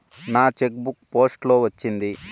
నా cheque book post లో వచ్చింది